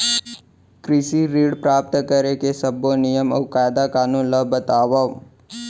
कृषि ऋण प्राप्त करेके सब्बो नियम अऊ कायदे कानून ला बतावव?